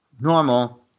normal